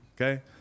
okay